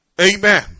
Amen